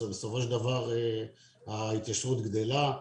בסופו של דבר ההתיישבות גדלה,